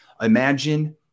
imagine